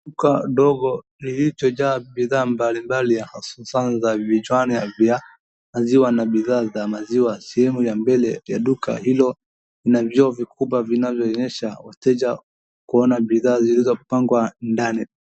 Duka ndogo lilichojaa bidhaa mbalibali ya hususan za vijani vya maziwa na bidhaa za maziwa. sehemu ya mbele ya duka hilo ina vioo vikubwa vinavyo onyesha wateja kuona bidhaa zilizo pangwa ndani.